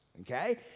okay